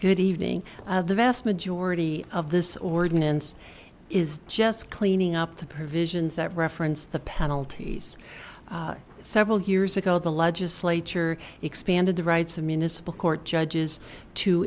good evening the vast majority of this ordinance is just cleaning up the provisions that reference the penalties several years ago the legislature expanded the rights of municipal court judges to